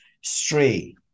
stray